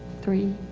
three.